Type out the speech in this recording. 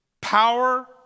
power